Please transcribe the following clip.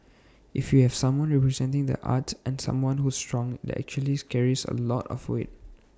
if you have someone representing the arts and someone who's strong IT actually carries A lot of weight